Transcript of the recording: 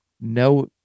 no